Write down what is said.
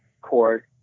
court